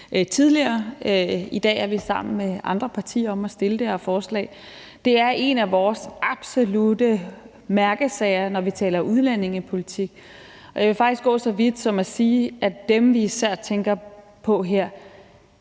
vi det her forslag sammen med andre partier. Det er en af vores absolutte mærkesager, når vi taler udlændingepolitik, og jeg vil faktisk gå så vidt som til at sige, at dem, vi især tænker på her,